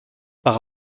par